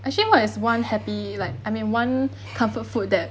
actually what is one happy like I mean one comfort food that